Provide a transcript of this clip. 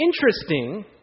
interesting